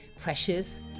precious